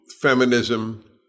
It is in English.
Feminism